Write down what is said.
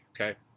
Okay